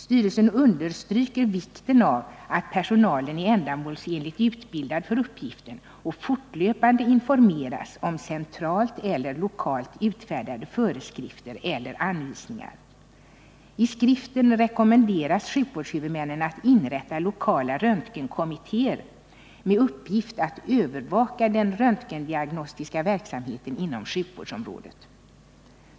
Styrelsen understryker vikten av att personalen är ändamålsenligt utbildad för uppgiften och fortlöpande informeras om centralt eller lokalt utfärdade föreskrifter eller anvisningar. I skriften rekommenderas sjukvårdshuvudmännen att inrätta lokala röntgenkommittéer med uppgift att övervaka den röntgendiagnostiska verksamheten inom sjukvårdsområdet.